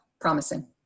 promising